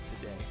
today